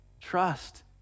Trust